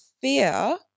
fear